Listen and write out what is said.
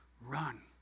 Run